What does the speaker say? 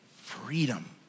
freedom